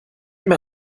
mir